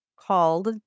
called